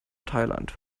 thailand